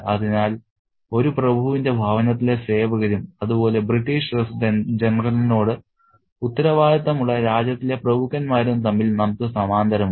അതിനാൽ ഒരു പ്രഭുവിന്റെ ഭവനത്തിലെ സേവകരും അതുപോലെ ബ്രിട്ടീഷ് റെസിഡന്റ് ജനറലിനോട് ഉത്തരവാദിത്തമുള്ള രാജ്യത്തിലെ പ്രഭുക്കന്മാരും തമ്മിൽ നമുക്ക് സമാന്തരം ഉണ്ട്